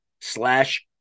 slash